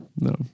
No